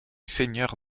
seigneur